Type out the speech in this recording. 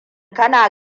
kana